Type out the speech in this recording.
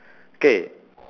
key